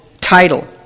title